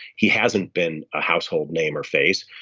he hasn't been a household name or face.